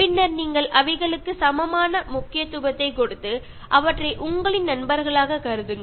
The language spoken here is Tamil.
பின்னர் நீங்கள் அவைகளுக்கு சமமான முக்கியத்துவத்தை கொடுத்து அவற்றை உங்களின் நண்பர்களாக கருதுங்கள்